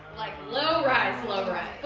like low rise, low rise.